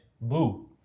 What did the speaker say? Boo